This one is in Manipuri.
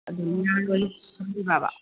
ꯑꯗꯨ ꯌꯔꯣꯏ ꯍꯥꯏꯗꯣꯏꯔꯕ